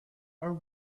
are